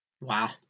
wow